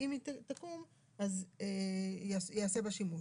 ואם היא תקום אז ייעשה בה שימוש.